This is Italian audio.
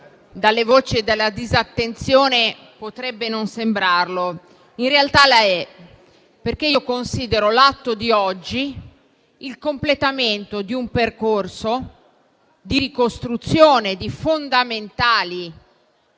dalle voci e dalla disattenzione potrebbe non sembrarlo. In realtà lo è, perché considero l'atto di oggi il completamento di un percorso di ricostruzione di fondamentali